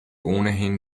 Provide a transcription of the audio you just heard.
ohnehin